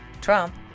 Trump